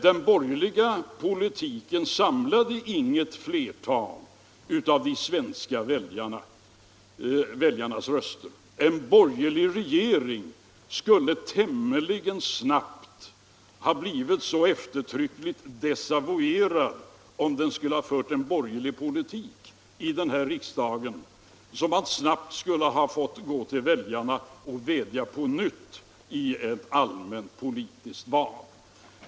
Den borgerliga politiken samlade inget flertal av de svenska väljarnas röster. En borgerlig regering skulle tämligen snabbt ha blivit så eftertryckligt desavouerad, om den hade fört en borgerlig politik i den här riksdagen, att man snabbt skulle ha fått gå till väljarna och vädja på nytt i ett allmänt politiskt val.